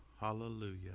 hallelujah